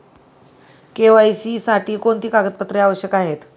KYC साठी कोणती कागदपत्रे आवश्यक आहेत?